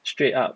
straight up